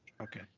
Okay